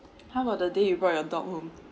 how about the day you brought your dog home